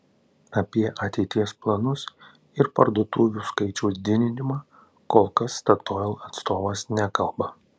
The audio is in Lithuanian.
apie ateities planus ir parduotuvių skaičiaus didinimą kol kas statoil atstovas nekalba